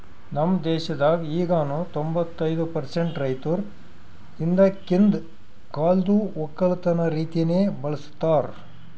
ನಮ್ ದೇಶದಾಗ್ ಈಗನು ತೊಂಬತ್ತೈದು ಪರ್ಸೆಂಟ್ ರೈತುರ್ ಹಿಂದಕಿಂದ್ ಕಾಲ್ದು ಒಕ್ಕಲತನ ರೀತಿನೆ ಬಳ್ಸತಾರ್